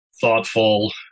thoughtful